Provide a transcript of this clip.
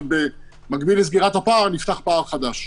אבל במקביל לסגירת הפער נפתח פער חדש.